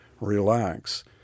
relax